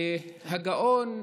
הגאון,